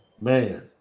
Man